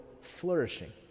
flourishing